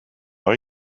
are